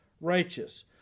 righteous